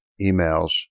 emails